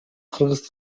кыргыз